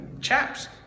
Chaps